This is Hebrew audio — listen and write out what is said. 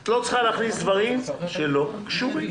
את לא צריכה להכניס דברים שלא קשורים.